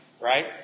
right